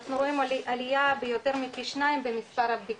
אנחנו רואים עלייה ביותר בפי שניים במספר הבדיקות.